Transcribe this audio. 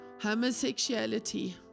homosexuality